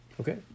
Okay